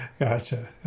Gotcha